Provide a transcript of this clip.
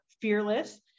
fearless